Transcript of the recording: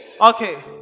okay